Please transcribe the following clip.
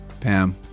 Pam